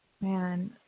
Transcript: Man